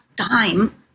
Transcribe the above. time